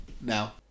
now